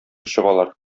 чыгалар